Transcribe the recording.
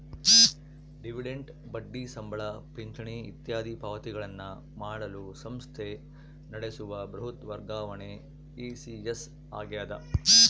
dividend ಬಡ್ಡಿ ಸಂಬಳ ಪಿಂಚಣಿ ಇತ್ಯಾದಿ ಪಾವತಿಗಳನ್ನು ಮಾಡಲು ಸಂಸ್ಥೆ ನಡೆಸುವ ಬೃಹತ್ ವರ್ಗಾವಣೆ ಇ.ಸಿ.ಎಸ್ ಆಗ್ಯದ